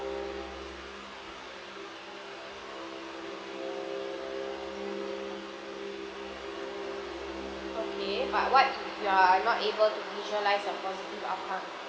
okay but what if you are not able to visualise the positive outcome